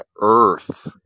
earth